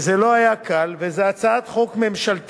וזה לא היה קל, וזאת הצעת חוק ממשלתית